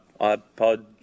iPod